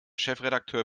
chefredakteur